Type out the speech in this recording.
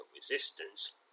resistance